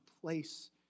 place